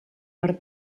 per